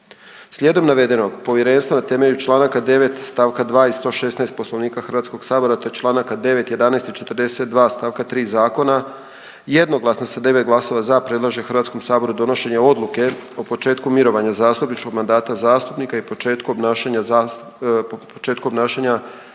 Slijedom navedenog, Povjerenstvo na temelju čl. 9 st. 2 i 116. Poslovnika Hrvatskog sabora te čl. 9, 11 i 42 st. 3 Zakona, jednoglasno sa 9 glasova za, predlaže Hrvatskom saboru donošenje odluke o početku mirovanja zastupničkog mandata zastupnika i početku obnašanja, početku